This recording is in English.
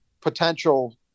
potential